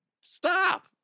stop